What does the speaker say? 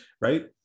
right